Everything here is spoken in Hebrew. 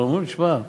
אבל אומרים: שמע,